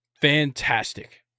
Fantastic